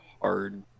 hard